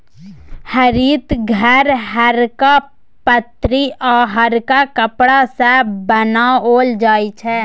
हरित घर हरका पन्नी आ हरका कपड़ा सँ बनाओल जाइ छै